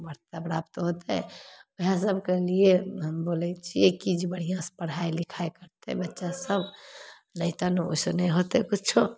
अच्छा प्राप्त होतै वएहसब कहलिए जे हम बोलै छिए कि बढ़िआँसे पढ़ाइ लिखाइ करतै बच्चासभ नहि तऽ कोनो ओहिसे नहि होतै किछु